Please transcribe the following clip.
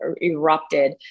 erupted